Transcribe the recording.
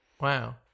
Wow